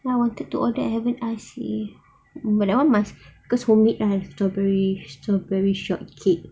I wanted to order I haven't ask eh but that one must because homemade strawberry strawberry shortcake